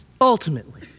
ultimately